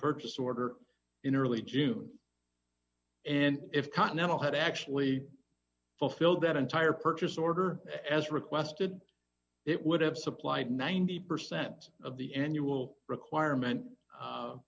purchase order in early june and if continental had actually fulfilled that entire purchase order as requested it would have supplied ninety percent of the annual requirement